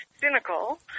cynical